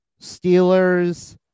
Steelers